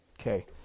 Okay